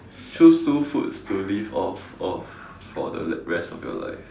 choose two foods to live off of for the rest of your life